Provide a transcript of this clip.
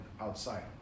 outside